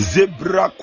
Zebra